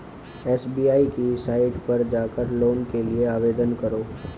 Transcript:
SBI की site पर जाकर लोन के लिए आवेदन करो